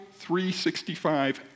365